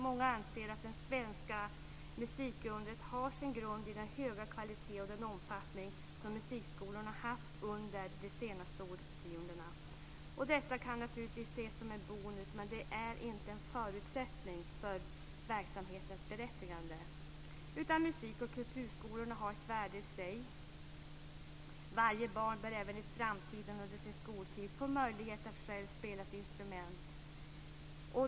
Många anser att det svenska musikundret har sin grund i den höga kvalitet och den omfattning som musikskolorna haft under de senaste årtiondena. Detta kan naturligtvis ses som en bonus, men det är inte en förutsättning för verksamhetens berättigande. Musik och kulturskolorna har ett värde i sig. Varje barn bör även i framtiden under sin skoltid få möjlighet att själv spela ett instrument.